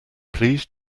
please